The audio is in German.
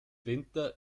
winter